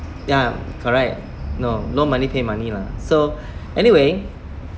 ya correct no no money pay money lah so anyway